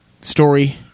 story